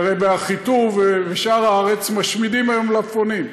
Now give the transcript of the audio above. הרי באחיטוב ובשאר הארץ משמידים היום מלפפונים,